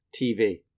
TV